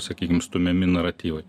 sakykim stumiami naratyvai